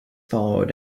followed